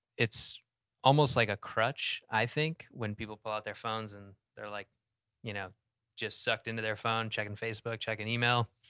it's almost like a crutch, i think, when people pull out their phones and they're like you know just sucked into their phone checking facebook, checking email.